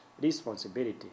responsibility